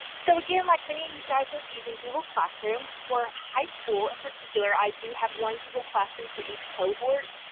so, again, like many of you guys are using google classroom, for high school in particular, i do have one google classroom for each cohort.